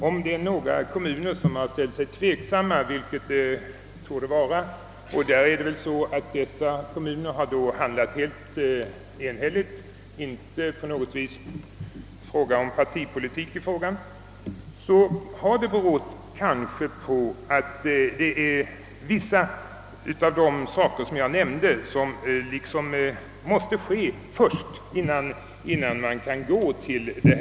Om några kommuner har intagit en tveksam ståndpunkt och besluten fattats enhälligt och alltså icke varit partipolitiskt betingade, så har det kanske berott på att man bedömt saken så, att de delfrågor som jag tidigare nämnt måste lösas först, innan man kan ta steget fullt ut.